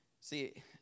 See